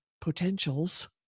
potentials